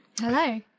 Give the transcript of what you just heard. Hello